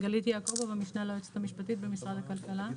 גלית יעקובוב, המשנה ליועצת המשפטית במשרד הכלכלה.